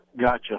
Gotcha